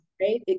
Right